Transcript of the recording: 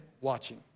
watching